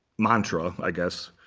mantra i guess.